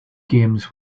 games